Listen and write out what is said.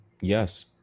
Yes